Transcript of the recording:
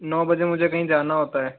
नौ बजे मुझे कहीं जाना होता है